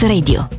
Radio